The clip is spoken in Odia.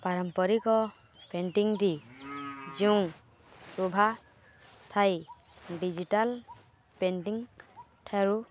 ପାରମ୍ପରିକ ପେଣ୍ଟିଂଟି ଯେଉଁ ଥାଇ ଡ଼ିଜିଟାଲ୍ ପେଣ୍ଟିଂଠାରୁ